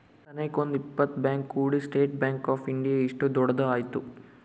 ಸನೇಕ ಒಂದ್ ಇಪ್ಪತ್ ಬ್ಯಾಂಕ್ ಕೂಡಿ ಸ್ಟೇಟ್ ಬ್ಯಾಂಕ್ ಆಫ್ ಇಂಡಿಯಾ ಇಷ್ಟು ದೊಡ್ಡದ ಆಯ್ತು